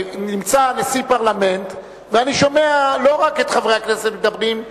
נמצא נשיא פרלמנט ואני שומע לא רק חברי הכנסת מדברים,